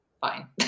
fine